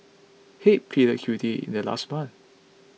head pleaded guilty in their last month